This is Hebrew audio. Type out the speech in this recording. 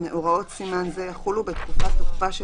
הוראות סימן זה יחולו בתקופת תוקפה של